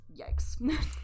Yikes